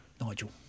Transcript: Nigel